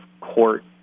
court